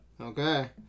Okay